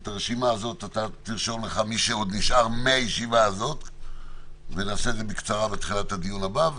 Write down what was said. מי שנשאר ברשימת הדוברים לדיון זה ידבר בקצרה בתחילת הדיון הבא.